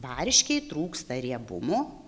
varškei trūksta riebumo